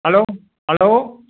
hello hello